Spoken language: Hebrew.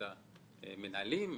את המנהלים,